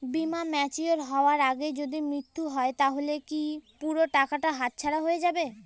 বীমা ম্যাচিওর হয়ার আগেই যদি মৃত্যু হয় তাহলে কি পুরো টাকাটা হাতছাড়া হয়ে যাবে?